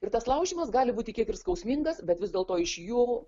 ir tas laužymas gali būti kiek ir skausmingas bet vis dėlto iš jų